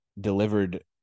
delivered